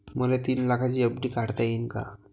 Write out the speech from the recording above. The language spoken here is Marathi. मले तीन लाखाची एफ.डी काढता येईन का?